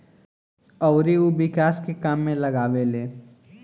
अउरी उ विकास के काम में लगावेले